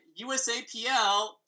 USAPL